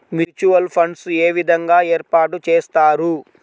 Mutual funds ఏ విధంగా ఏర్పాటు చేస్తారు?